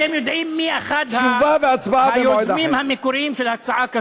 אתם יודעים מי אחד היוזמים המקוריים של הצעה כזאת?